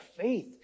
faith